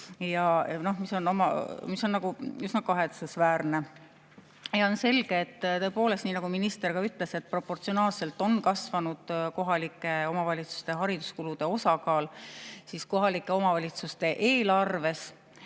mis on üsna kahetsusväärne. On selge, et tõepoolest, nii nagu minister ka ütles, proportsionaalselt on kasvanud kohalike omavalitsuste hariduskulude osakaal kohalike omavalitsuste eelarvetes.